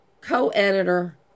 co-editor